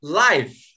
life